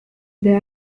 they